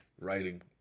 writing